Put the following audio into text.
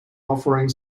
offering